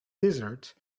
desert